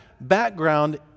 background